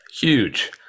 huge